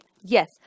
Yes